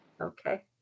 Okay